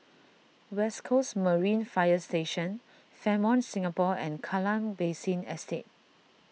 West Coast Marine Fire Station Fairmont Singapore and Kallang Basin Estate